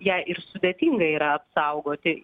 ją ir sudėtinga yra apsaugoti